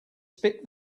spit